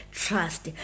trust